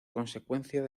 consecuencia